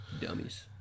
Dummies